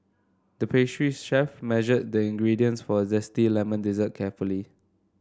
the pastry chef measured the ingredients for a zesty lemon dessert carefully